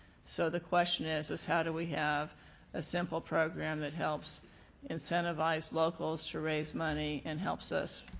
so the question is is how do we have a simple program that helps incentivize locals to raise money and helps us